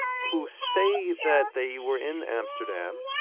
who say that they were in amsterdam,